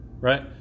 Right